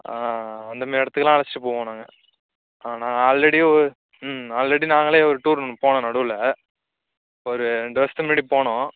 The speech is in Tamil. அந்தமாரி இடத்துக்குலாம் அழைச்சிட்டு போவோம் நாங்கள் ஆ நாங்கள் ஆல்ரெடியே ஒரு ம் ஆல்ரெடி நாங்களே ஒரு டூரு ஒன்று போனோம் நடுவில் ஒரு ரெண்டு வருஷத்துக்கு முன்னாடி போனோம்